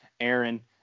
Aaron